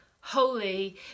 holy